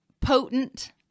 potent